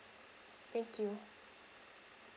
thank you